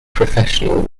professional